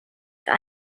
der